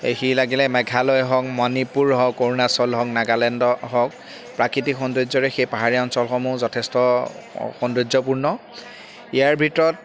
সি লাগিলে মেঘালয় হওক মণিপুৰ হওক অৰুণাচল হওক নাগালেণ্ড হওক প্ৰাকৃতিক সৌন্দৰ্যৰে সেই পাহাৰীয়া অঞ্চলসমূহ যথেষ্ট সৌন্দৰ্যপূৰ্ণ ইয়াৰ ভিতৰত